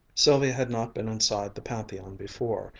sylvia had not been inside the pantheon before,